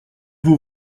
vous